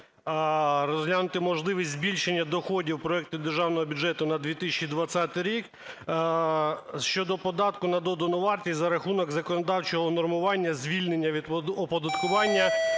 "Розглянути можливість збільшення доходів проекту Державного бюджету на 2020 рік щодо податку на додану вартість за рахунок законодавчого унормування, звільнення від оподаткування